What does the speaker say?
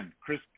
Chris